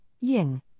Ying